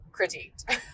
critiqued